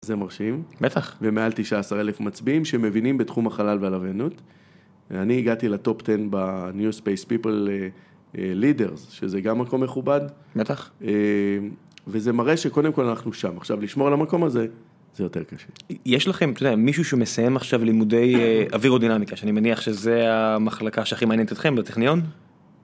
זה מרשים, בטח, ומעל תשע עשר אלף מצביעים שמבינים בתחום החלל והלוויינות. אני הגעתי לטופ טן ב new space people leaders, שזה גם מקום מכובד. בטח. וזה מראה שקודם כל אנחנו שם, עכשיו לשמור על המקום הזה, זה יותר קשה. יש לכם, מישהו שמסיים עכשיו לימודי אווירודינמיקה, שאני מניח שזה המחלקה שהכי מעניינת אתכם, בטכניון